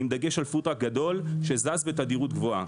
עם דגש על פוד-טראק גדול, שזז בתדירות גבוהה.